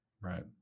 Right